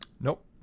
Nope